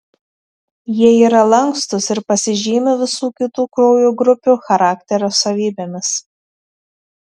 jie yra lankstūs ir pasižymi visų kitų kraujo grupių charakterio savybėmis